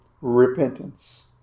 repentance